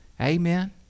Amen